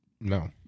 No